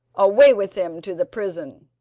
away with him to the prison.